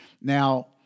Now